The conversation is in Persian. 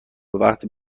وقتی